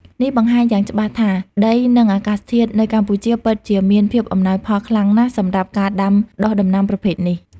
នេះបង្ហាញយ៉ាងច្បាស់ថា ដី និងអាកាសធាតុនៅកម្ពុជាពិតជាមានភាពអំណោយផលខ្លាំងណាស់សម្រាប់ការដាំដុះដំណាំប្រភេទនេះ។